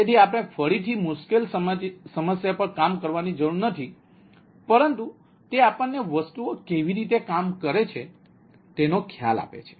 તેથી આપણે ફરીથી મુશ્કેલ સમસ્યા પર કામ કરવાની જરૂર નથી પરંતુ તે આપણને વસ્તુઓ કેવી રીતે કામ કરે છે તેનો ખ્યાલ આપે છે